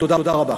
תודה רבה.